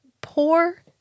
Poor